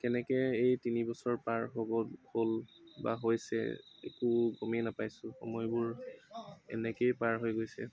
কেনেকৈ এই তিনি বছৰ পাৰ হ'ব হ'ল বা হৈছে একো গমেই নাপাইছো সময়বোৰ এনেকেই পাৰ হৈ গৈছে